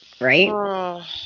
Right